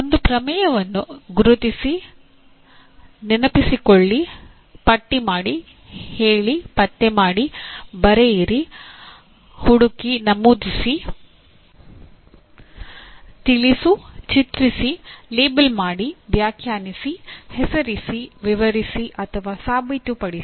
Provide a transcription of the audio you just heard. ಒಂದು ಪ್ರಮೇಯವನ್ನು ಗುರುತಿಸಿ ನೆನಪಿಸಿಕೊಳ್ಳಿ ಪಟ್ಟಿ ಮಾಡಿ ಹೇಳಿ ಪತ್ತೆ ಮಾಡಿ ಬರೆಯಿರಿ ಹುಡುಕಿ ನಮೂದಿಸಿ ತಿಳಿಸು ಚಿತ್ರಿಸಿ ಲೇಬಲ್ ಮಾಡಿ ವ್ಯಾಖ್ಯಾನಿಸಿ ಹೆಸರಿಸಿ ವಿವರಿಸಿ ಅಥವಾ ಸಾಬೀತುಪಡಿಸಿ